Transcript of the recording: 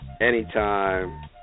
anytime